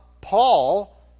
Paul